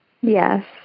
Yes